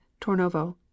Tornovo